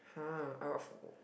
!huh! I got